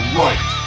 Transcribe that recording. right